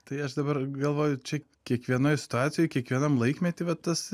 tai aš dabar galvoju čia kiekvienoj situacijoj kiekvienam laikmety va tas